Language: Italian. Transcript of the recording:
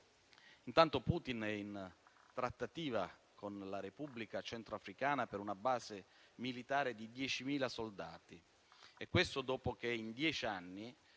Intanto, Putin è in trattativa con la Repubblica Centrafricana per una base militare di 10.000 soldati, e questo dopo che, in dieci anni,